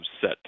set